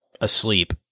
asleep